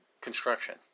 construction